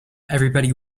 everybody